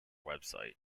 website